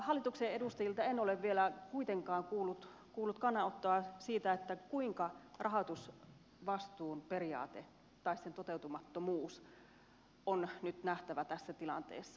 hallituksen edustajilta en ole vielä kuitenkaan kuullut kannanottoa siitä kuinka rahoitusvastuun periaate tai sen toteutumattomuus on nyt nähtävä tässä tilanteessa